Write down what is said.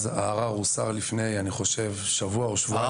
הערר הוסר לפני שבוע או שבועיים.